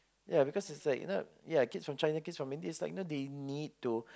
ya because it's like you know ya kids from China kids from Indian you know they need to